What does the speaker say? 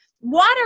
water